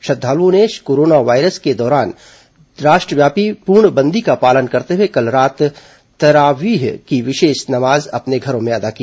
श्रद्धालुओं ने corona virus के दौरान राष्ट्रव्यापी पूर्णबंदी का पालन करते हुए कल रात तरावीह की विशेष नमाज अपने घरों में अदा की